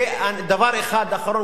ודבר אחד אחרון,